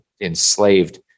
enslaved